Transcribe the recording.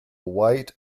white